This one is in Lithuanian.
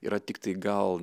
yra tiktai gal